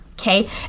Okay